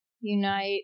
Unite